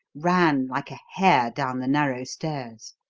ran like a hare down the narrow stairs.